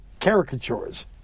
caricatures